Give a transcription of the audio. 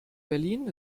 berlin